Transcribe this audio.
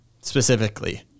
specifically